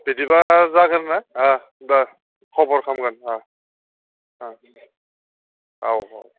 बिदिबा जागोन ना दे खबर खालामगोन अ अ औ औ